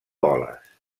boles